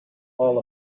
all